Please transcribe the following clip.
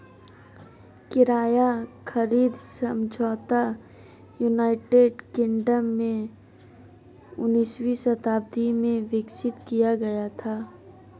किराया खरीद समझौता यूनाइटेड किंगडम में उन्नीसवीं शताब्दी में विकसित किया गया था